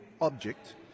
object